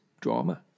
drama